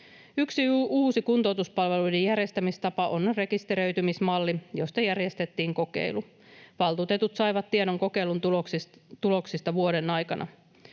Yksi uusi kuntoutuspalveluiden järjestämistapa on rekisteröitymismalli, josta järjestettiin kokeilu. Valtuutetut saivat tiedon kokeilun tuloksista vuoden aikana.